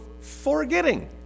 forgetting